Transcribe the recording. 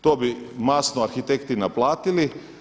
To bi masno arhitekti naplatili.